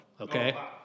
Okay